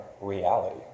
reality